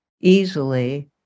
easily